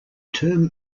term